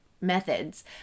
methods